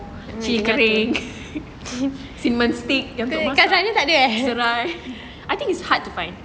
cili kering cinnamon stick yang untuk masak serai I think it's hard to find